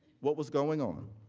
what was going on.